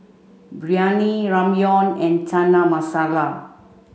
Biryani Ramyeon and Chana Masala